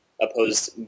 opposed